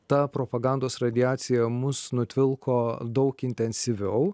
ta propagandos radiacija mus nutvilko daug intensyviau